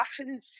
often